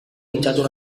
mintzatu